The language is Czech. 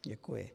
Děkuji.